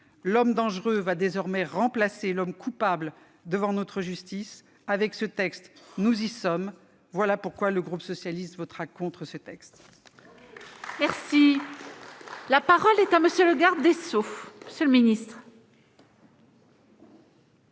L'homme dangereux va remplacer l'homme coupable devant notre justice. » Avec ce texte, nous y sommes. Voilà pourquoi le groupe socialiste votera contre.